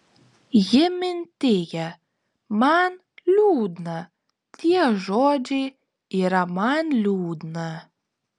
ji mintija man liūdna tie žodžiai yra man liūdna